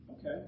okay